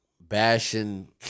bashing